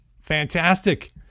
fantastic